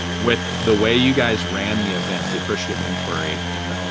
with the way you guys ran the event, the appreciative inquiry and